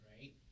right